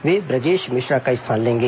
वे ब्रजेश मिश्रा का स्थान लेंगे